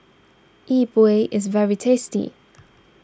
Yi Bua is very tasty